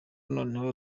noneho